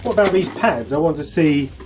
about these pads? i want to see